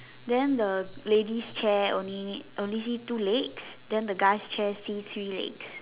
then the lady's chair only only see two legs then the guy's chair see three legs